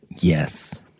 Yes